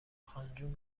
خانجون